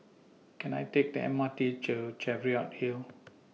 Can I Take The M R T to Cheviot Hill